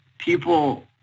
People